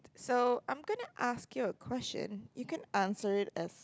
so I'm gonna ask you a question you can answer it as